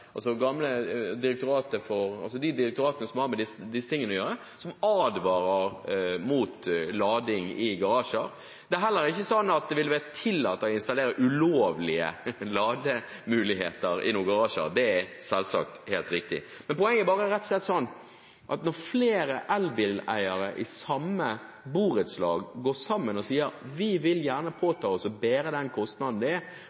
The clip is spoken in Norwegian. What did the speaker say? altså direktoratene som har med disse tingene å gjøre – som advarer mot lading i garasjer. Det vil heller ikke være tillatt å installere ulovlige lademuligheter i garasjer – det er selvsagt helt riktig. Poenget er rett og slett at når flere elbileiere i samme borettslag går sammen og sier at de gjerne vil påta seg å bære kostnaden det er